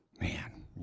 man